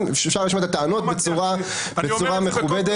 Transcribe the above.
אפשר להשמיע את הטענות בצורה מכובדת.